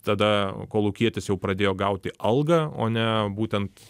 tada kolūkietis jau pradėjo gauti algą o ne būtent